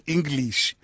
English